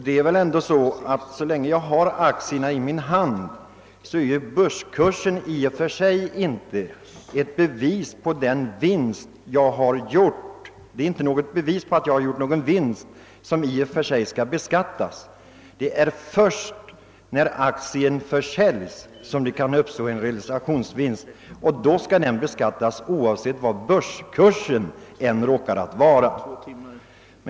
Det är väl ändå på det sättet att så länge jag har aktierna i min hand är börskurserna i och för sig inte ett bevis på att jag har gjort någon vinst som skall beskattas. Det är först när aktierna försäljs som det kan uppstå en realisationsvinst. Då skall den beskattas oavsett vilken börskursen råkar vara.